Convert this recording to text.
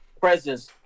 presence